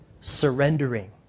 surrendering